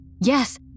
Yes